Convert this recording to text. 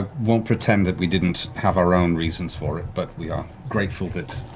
won't pretend that we didn't have our own reasons for it. but we are grateful that